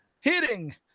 hitting